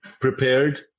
prepared